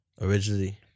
originally